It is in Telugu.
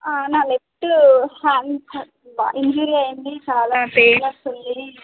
నా లెఫ్ట్ ఆర్మ్ ఇంజూరీ అయింది చాలా పెయిన్ వస్తుంది